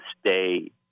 stay